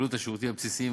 עלות השירותים הבסיסיים